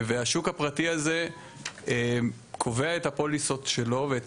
והשוק הפרטי הזה קובע את הפוליסות שלו ואת